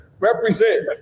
Represent